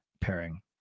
pairing